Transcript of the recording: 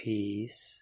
Peace